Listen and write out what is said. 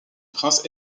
prince